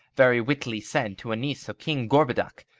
very wittily said to niece of king gorboduc,